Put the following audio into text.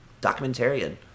documentarian